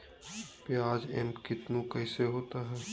प्याज एम कितनु कैसा होता है?